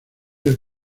del